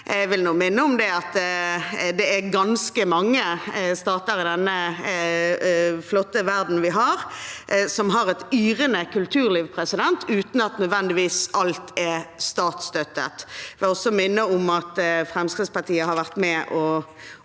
Jeg vil minne om at det er ganske mange stater i vår flotte verden som har et yrende kulturliv, uten at alt nødvendigvis er statsstøttet. Jeg vil også minne om at Fremskrittspartiet har vært med